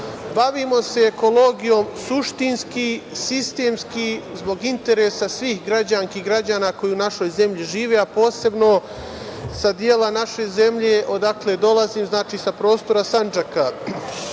bavimo se ekologijom suštinski, sistemski, zbog interesa svih građanki i građana koji u našoj zemlji žive, a posebno sa dela naše zemlje odakle dolazim, znači, sa prostora Sandžaka.